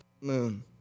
moon